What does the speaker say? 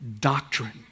doctrine